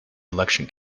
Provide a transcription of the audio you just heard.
election